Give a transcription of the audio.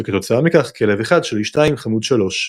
וכתוצאה מכך "כלב 1 שלי 2 חמוד 3 ".